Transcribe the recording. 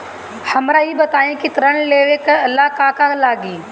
हमरा ई बताई की ऋण लेवे ला का का लागी?